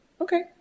okay